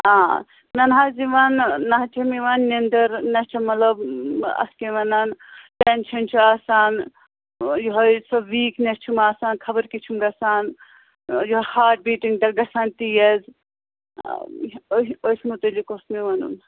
آ مےٚ نہَ حظ یِوان نہَ حظ چھِم یِوان نیٚنٛدٕر نہَ چھِ مطلب اَتھ کیٛاہ وَنان ٹٮ۪نٛشَن چھُ آسان یوٚہَے سۄ ویٖکنٮ۪س چھُم آسان خبر کیٛاہ چھُم گژھان یوٚہَے ہارٹ بیٖٹِنٛگ تہِ گژھان تیز أتھۍ أتھۍ مُتعلِق اوس مےٚ وَنُن